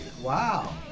Wow